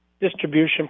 distribution